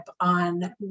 on